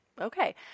okay